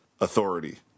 authority